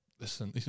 Listen